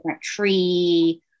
tree